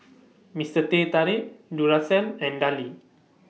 Mister Teh Tarik Duracell and Darlie